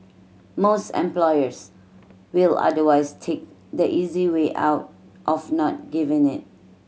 most employers will otherwise take the easy way out of not giving it